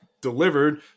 delivered